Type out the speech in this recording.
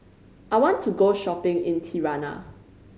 I want to go shopping in Tirana